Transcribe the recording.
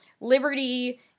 Liberty